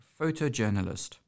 photojournalist